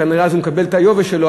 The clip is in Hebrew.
כנראה אז הוא מקבל את היובש שלו,